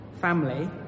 Family